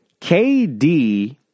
KD